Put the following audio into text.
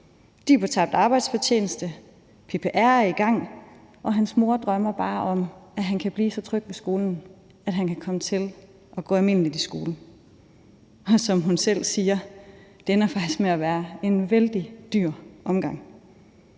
De er på tabt arbejdsfortjeneste, PPR er i gang, og hans mor drømmer bare om, at han kan blive så tryg ved skolen, at han kan komme til at gå almindeligt i skole, og som hun selv siger: Det ender faktisk med at være en vældig dyr omgang.